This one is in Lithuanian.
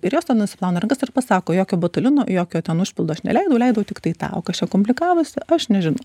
ir jos ten nusiplauna rankas ir pasako jokio botulino jokio ten užpildo aš neleidau leidau tiktai tą o kas čia komplikavosi aš nežinau